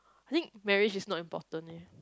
I think marriage is not important eh